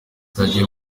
byagiye